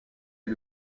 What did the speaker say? est